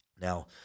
Now